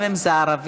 גם אם זה ערבית,